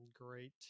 great